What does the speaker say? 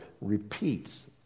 repeats